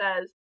says